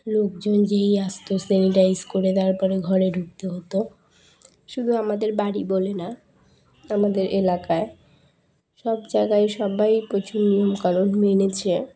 লোকজন যেই আসতো স্যানিটাইজ করে তারপরে ঘরে ঢুকতে হতো শুধু আমাদের বাড়ি বলে না আমাদের এলাকায় সব জায়গায় সবাই প্রচুর নিয়মকানুন মেনেছে